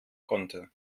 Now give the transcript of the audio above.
konnte